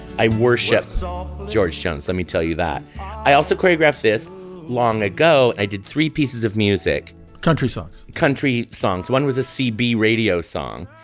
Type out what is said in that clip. worshipped song. george jones let me tell you that i also choreographed this long ago i did three pieces of music country songs country songs one was a cb radio song.